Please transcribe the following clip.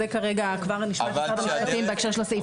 זה אחד המשפטים בהקשר של הסעיף,